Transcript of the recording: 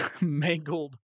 mangled